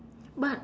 but I